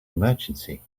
emergency